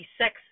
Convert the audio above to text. sex